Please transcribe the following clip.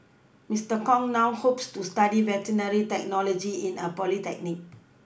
Mister Kong now hopes to study veterinary technology in a polytechnic